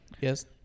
Yes